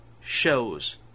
...shows